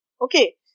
Okay